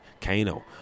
Kano